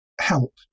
help